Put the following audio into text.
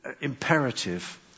imperative